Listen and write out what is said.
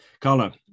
Carla